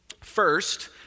First